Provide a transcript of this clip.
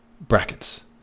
Brackets